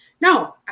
no